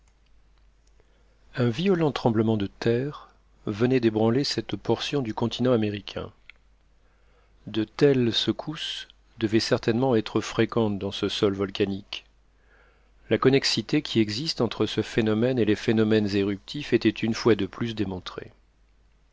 un violent tremblement de terre venait d'ébranler cette portion du continent américain de telles secousses devaient certainement être fréquentes dans ce sol volcanique la connexité qui existe entre ce phénomène et les phénomènes éruptifs était une fois de plus démontrée